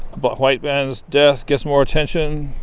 but white man's death gets more attention.